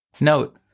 Note